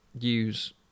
use